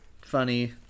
funny